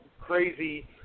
crazy